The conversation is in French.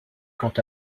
quant